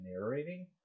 narrating